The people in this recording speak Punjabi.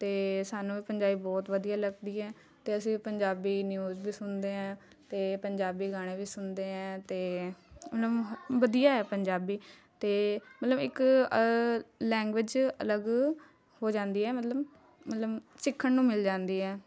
ਅਤੇ ਸਾਨੂੰ ਵੀ ਪੰਜਾਬੀ ਬਹੁਤ ਵਧੀਆ ਲੱਗਦੀ ਹੈ ਅਤੇ ਅਸੀਂ ਪੰਜਾਬੀ ਨਿਊਜ਼ ਵੀ ਸੁਣਦੇ ਹੈ ਅਤੇ ਪੰਜਾਬੀ ਗਾਣੇ ਵੀ ਸੁਣਦੇ ਹੈ ਅਤੇ ਮਤਲਬ ਵਧੀਆ ਹੈ ਪੰਜਾਬੀ ਅਤੇ ਮਤਲਬ ਇੱਕ ਲੈਗੁਏਜ਼ ਅਲੱਗ ਹੋ ਜਾਂਦੀ ਹੈ ਮਤਲਬ ਮਤਲਬ ਸਿੱਖਣ ਨੂੰ ਮਿਲ ਜਾਂਦੀ ਹੈ